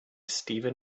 steven